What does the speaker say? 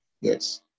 yes